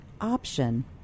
option